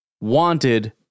wanted